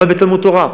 למד בתלמוד-תורה.